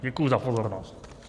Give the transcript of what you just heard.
Děkuji za pozornost.